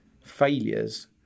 failures